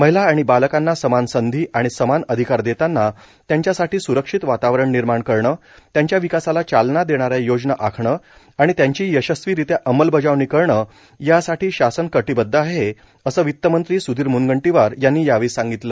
महिला आणि बालकांना समान संधी आणि समान अधिकार देताना त्यांच्यासाठी स्रक्षित वातावरण निर्माण करणे त्यांच्या विकासाला चालना देणाऱ्या योजना आखणे आणि त्याची यशस्वीरित्या अंमलबजावणी करणे यासाठी शासन कटिबद्ध आहे असं वित्तमंत्री स्धीर म्नगंटीवार यांनी यावेळी सांगितलं